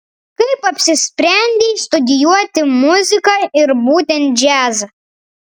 kaip apsisprendei studijuoti muziką ir būtent džiazą